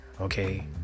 okay